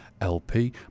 LP